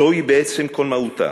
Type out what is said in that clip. זוהי בעצם כל מהותה.